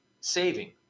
saving